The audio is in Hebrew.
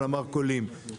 על המרכולים.